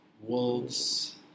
Wolves